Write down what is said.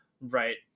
right